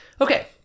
Okay